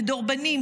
ודורבנים,